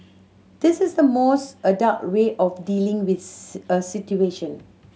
this is the most adult way of dealing with a situation